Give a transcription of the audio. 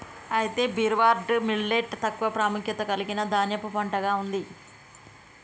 అయితే barnyard millet తక్కువ ప్రాముఖ్యత కలిగిన ధాన్యపు పంటగా ఉంది